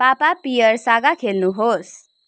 पापा Pear Saga खेल्नुहोस्